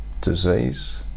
disease